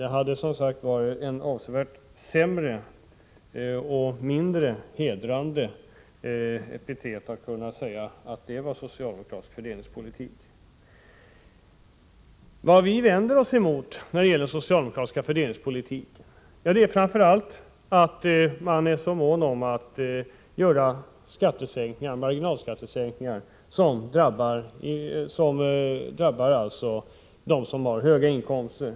Men att säga att det här var fråga om socialdemokratisk fördelningspolitik hade varit ett avsevärt sämre och mindre hedrande epitet. Vad vi vänder oss emot när det gäller den socialdemokratiska fördelningspolitiken är framför allt det faktum att man är så mån om att åstadkomma marginalskattesänkningar som berör dem som har höga inkomster.